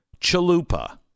Chalupa